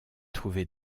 trouvée